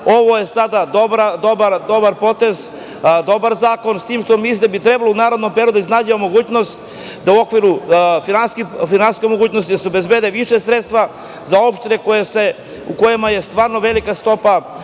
je sada dobar potez, dobar zakon, s tim što mislim da bi trebalo u narednom periodu da iznađemo mogućnost da u okviru finansijskih mogućnosti da se obezbedi više sredstava za opštine u kojima je velika stopa